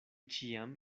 ĉiam